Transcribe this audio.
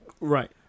Right